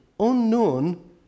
Unknown